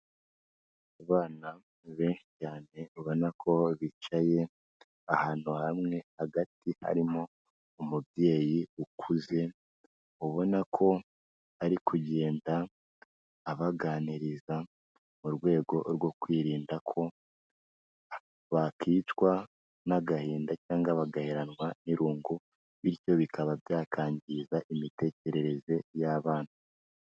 Abana benshi cyane, ubona ko bicaye ahantu hamwe, hagati harimo umubyeyi ukuze, ubona ko ari kugenda abaganiriza mu rwego rwo kwirinda ko, bakicwa n'agahinda cyangwa bagaheranwa n'irungu, bityo bikaba byakangiza imitekerereze y'abana.